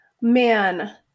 Man